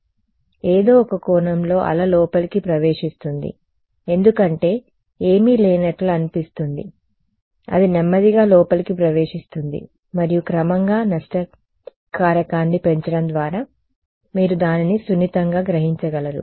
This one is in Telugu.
కాబట్టి ఏదో ఒక కోణంలో అల లోపలికి ప్రవేశిస్తుంది ఎందుకంటే ఏమీ లేనట్లు అనిపిస్తుంది అది నెమ్మదిగా లోపలికి ప్రవేశిస్తుంది మరియు క్రమంగా నష్ట కారకాన్ని పెంచడం ద్వారా మీరు దానిని సున్నితంగా గ్రహించగలరు